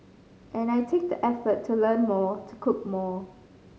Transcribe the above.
and I take the effort to learn more to cook more